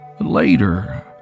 Later